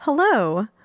Hello